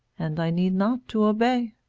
and i need not to obey.